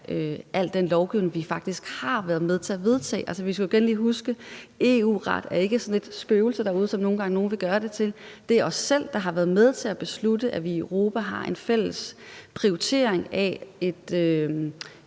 al den lovgivning, vi faktisk har været med til at vedtage. Vi skal jo igen lige huske, at EU-retten ikke er sådan et spøgelse derude, som nogle nogle gange vil gøre det til. Det er os selv, der har været med til at beslutte, at vi i Europa har en fælles prioritering af et